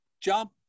jump